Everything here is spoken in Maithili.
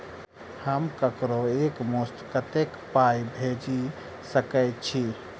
हम ककरो एक मुस्त कत्तेक पाई भेजि सकय छी?